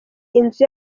inzu